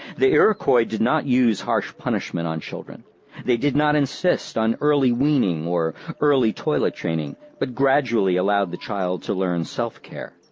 the iroquois did not use harsh punishment on children they did not insist on early weaning or early toilet training, hut but gradually allowed the child to learn self-care.